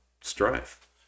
strife